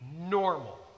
normal